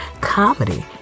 comedy